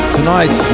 Tonight